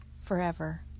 forever